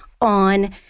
on